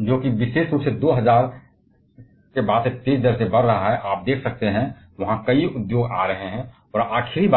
और जो कि विशेष रूप से 2000 के बाद से तेज दर से बढ़ता रहा आप देख सकते हैं कि कई पौधे आ रहे हैं और आखिरी